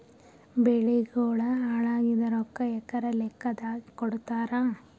ಬೆಳಿಗೋಳ ಹಾಳಾಗಿದ ರೊಕ್ಕಾ ಎಕರ ಲೆಕ್ಕಾದಾಗ ಕೊಡುತ್ತಾರ?